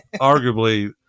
arguably